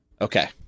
Okay